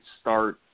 start